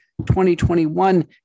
2021